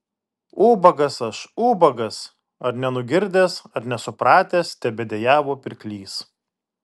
ubagas aš ubagas ar nenugirdęs ar nesupratęs tebedejavo pirklys